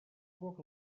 poc